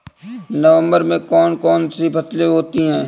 नवंबर में कौन कौन सी फसलें होती हैं?